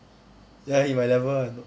ya he my level [one]